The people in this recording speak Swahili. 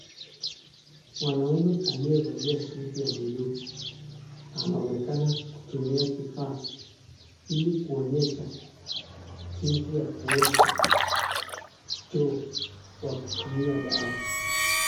Mwanaume aliyevalia suti ya bluu, anaonekana kutumia kifaa ili kuonyesha jinsi ya kuosha choo kwa kutumia dawa.